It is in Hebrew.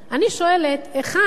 אני שואלת היכן,